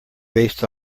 based